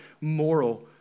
moral